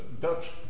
Dutch